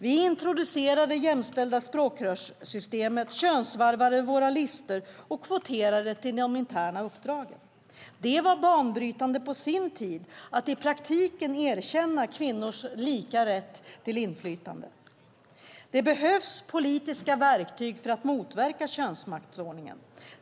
Vi introducerade det jämställda språkrörssystemet, könsvarvade våra listor och kvoterade till de interna uppdragen. Det var banbrytande på sin tid att i praktiken erkänna kvinnors lika rätt till inflytande. Det behövs politiska verktyg för att motverka könsmaktsordningen.